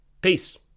peace